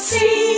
See